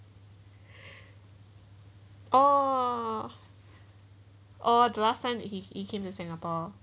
oh oh the last time he he came to singapore